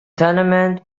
tournament